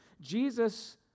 Jesus